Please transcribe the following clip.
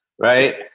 right